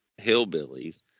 hillbillies